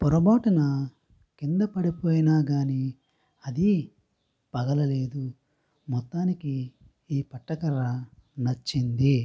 పొరపాటున కింద పడిపోయిన కానీ అది పగలలేదు మొత్తానికి ఈ పట్టకర్ర నచ్చింది